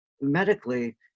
medically